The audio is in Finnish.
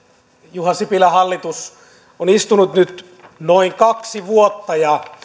juha sipilän hallitus on istunut nyt noin kaksi vuotta ja